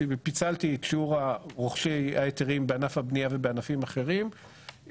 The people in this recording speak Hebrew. פיצלתי את שיעור רוכשי ההיתרים בענף הבנייה ובענפים אחרים,